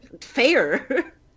fair